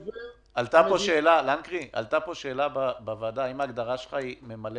עלתה פה שאלה בוועדה האם ההגדרה שלך היא "ממלא